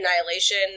Annihilation